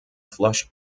flush